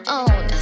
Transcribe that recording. own